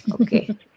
okay